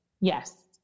Yes